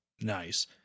Nice